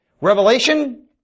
Revelation